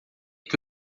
que